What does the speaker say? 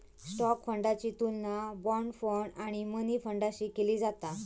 stock फंडाची तुलना bond fund आणि मनी फंडाशी केली जाता